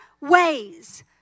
ways